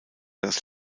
das